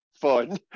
fun